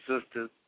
sisters